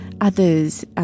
others